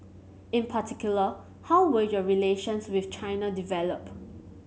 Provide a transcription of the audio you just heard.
in particular how will your relations with China develop